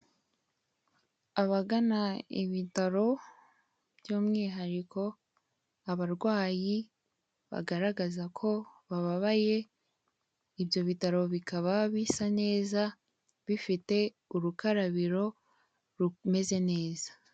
Abagana ibitaro, by'umwihariko abarwayi bagaragaza ko babaye, ibyo bitaro bikaba bisa neza bifite urukarabiro rumeze neza.